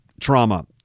Trauma